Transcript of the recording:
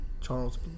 Charles